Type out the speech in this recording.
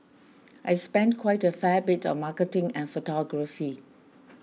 I spend quite a fair bit on marketing and photography